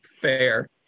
fair